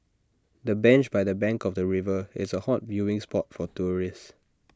the bench by the bank of the river is A hot viewing spot for tourists